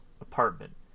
apartment